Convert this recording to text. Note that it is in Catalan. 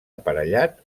aparellat